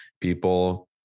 people